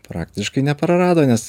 praktiškai neprarado nes